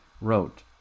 wrote